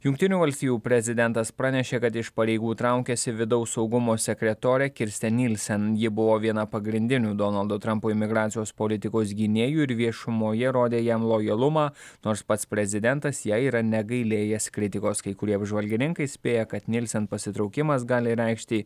jungtinių valstijų prezidentas pranešė kad iš pareigų traukiasi vidaus saugumo sekretorė kirsten nilsen ji buvo viena pagrindinių donaldo trampo imigracijos politikos gynėjų ir viešumoje rodė jam lojalumą nors pats prezidentas jai yra negailėjęs kritikos kai kurie apžvalgininkai spėja kad nilsen pasitraukimas gali reikšti